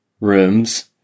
rooms